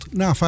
na